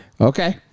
Okay